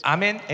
Amen